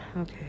okay